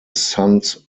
sons